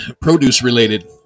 produce-related